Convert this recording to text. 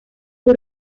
sus